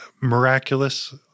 miraculous